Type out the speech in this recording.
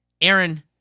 Aaron